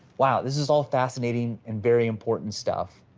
wow, this is all fascinating, and very important stuff.